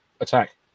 attack